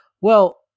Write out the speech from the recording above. Well-